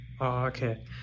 Okay